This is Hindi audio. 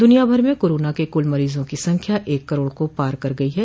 दुनिया भर में कोरोना के कुल मरीजों की संख्या एक करोड़ को पार कर गई है